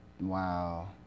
Wow